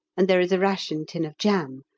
and there is a ration tin of jam,